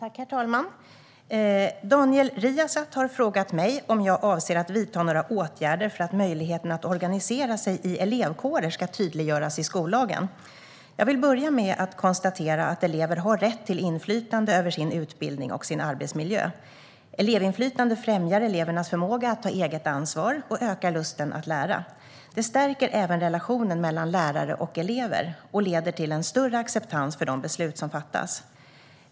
Herr talman! Daniel Riazat har frågat mig om jag avser att vidta några åtgärder för att möjligheten att organisera sig i elevkårer ska tydliggöras i skollagen. Jag vill börja med att konstatera att elever har rätt till inflytande över sin utbildning och sin arbetsmiljö. Elevinflytande främjar elevernas förmåga att ta eget ansvar och ökar lusten att lära. Det stärker även relationen mellan lärare och elever och leder till en större acceptans för de beslut som fattas.